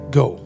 go